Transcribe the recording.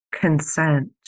consent